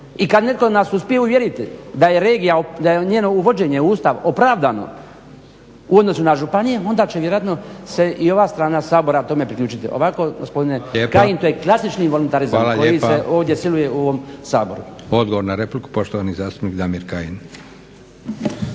i kad netko nas uspije uvjeriti da je regija, da je njeno uvođenje u Ustav opravdano u odnosu na županije onda će vjerojatno se i ova strana sabora tome priključiti. Ovako gospodine Kajin to je klasični voluntarizam koji se ovdje siluje u ovom Saboru. **Leko, Josip (SDP)** Odgovor na repliku, poštovani zastupnik Damir Kajin.